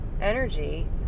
energy